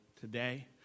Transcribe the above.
today